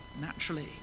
naturally